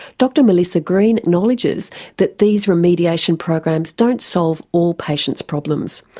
dr melissa green acknowledges that these remediation programs don't solve all patients' problems.